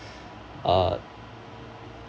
uh